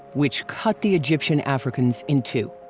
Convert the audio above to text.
which cut the egyptian-africans in two.